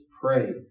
pray